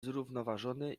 zrównoważony